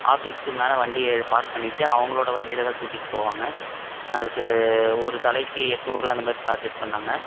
ஆஃபீஸ்க்கு மேலே வண்டியை பார்க் பண்ணிட்டு அவங்களோட வண்டியில் தான் கூட்டிகிட்டு போவாங்க அதுக்கு ஒரு தலைக்கு எட்நூறு அந்தமாதிரி சார்ஜஸ் பண்ணிணாங்க